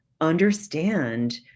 understand